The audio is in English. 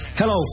Hello